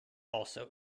also